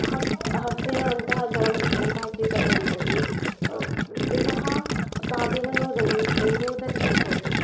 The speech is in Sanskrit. हस्त् हस्तेन अन्तः जलम् अन्तः स्वीकर्तव्यं भवति पृष्ठतः पादेन नोदनं नोदनीयं भवति